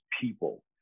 people